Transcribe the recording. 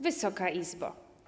Wysoka Izbo!